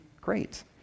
great